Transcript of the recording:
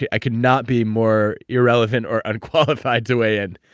i could not be more irrelevant or unqualified to weigh in.